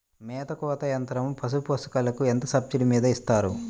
మేత కోత యంత్రం పశుపోషకాలకు ఎంత సబ్సిడీ మీద ఇస్తారు?